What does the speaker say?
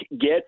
get